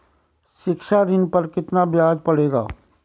शिक्षा ऋण पर कितना ब्याज पड़ेगा?